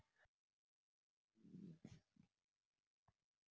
करेला बीजा वाला कोन सा मौसम म लगथे अउ कोन सा किसम के आलू हर होथे?